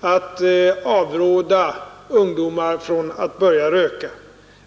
att avråda ungdomar från att börja röka.